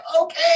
okay